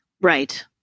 Right